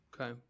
Okay